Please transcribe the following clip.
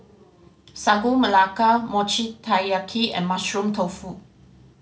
Sagu Melaka Mochi Taiyaki and Mushroom Tofu